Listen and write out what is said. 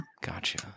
Gotcha